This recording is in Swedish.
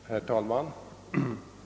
Herr talman!